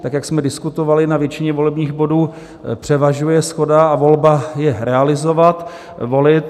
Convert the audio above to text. Tak jak jsme diskutovali, na většině volebních bodů převažuje shoda a volba je realizovat, volit.